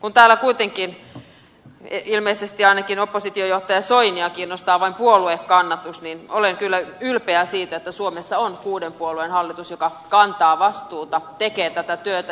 kun täällä kuitenkin ilmeisesti ainakin oppositiojohtaja soinia kiinnostaa vain puoluekannatus niin olen kyllä ylpeä siitä että suomessa on kuuden puolueen hallitus joka kantaa vastuuta tekee tätä työtä